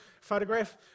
photograph